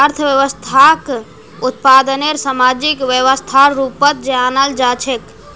अर्थव्यवस्थाक उत्पादनेर सामाजिक व्यवस्थार रूपत जानाल जा छेक